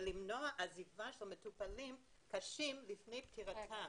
ולמנוע עזיבה של מטופלים קשים לפני פטירתם.